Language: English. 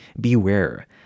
Beware